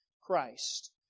Christ